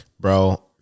Bro